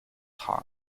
hoc